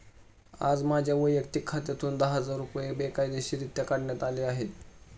आज माझ्या वैयक्तिक खात्यातून दहा हजार रुपये बेकायदेशीररित्या काढण्यात आले आहेत